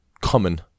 common